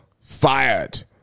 Fired